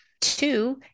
Two